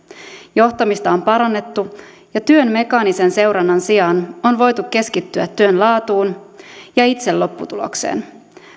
johtamista on parannettu ja työn mekaanisen seurannan sijaan on voitu keskittyä työn laatuun ja itse lopputulokseen